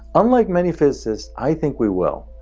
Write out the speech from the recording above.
unlike many physicists, i think we will.